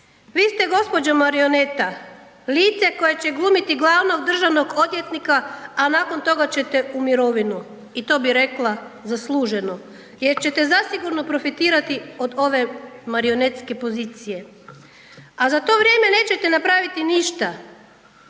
Vi ste gospođo marioneta, lice koje će glumiti glavnog državnog odvjetnika, a nakon toga ćete u mirovinu i to bi rekla zasluženu jer ćete zasigurno profitirati od ove marionetske pozicije. A za to vrijeme nećete napraviti ništa,